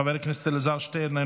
חבר הכנסת אלעזר שטרן,